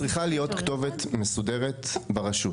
צריכה להיות כתובת מסודרת ברשות.